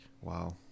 Wow